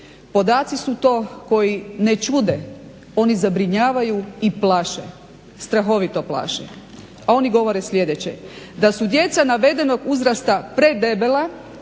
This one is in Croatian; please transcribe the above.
Podaci su to koji ne čude, oni zabrinjavaju i plaše, strahovito plaše, a oni govore sljedeće da su djeca navedenog uzrasta predebela